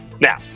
Now